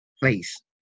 place